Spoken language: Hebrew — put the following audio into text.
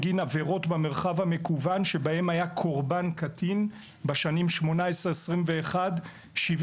במרחב המקוון שבהם היה קורבן קטין בשנים 70% מהתיקים